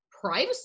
privacy